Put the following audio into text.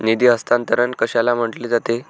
निधी हस्तांतरण कशाला म्हटले जाते?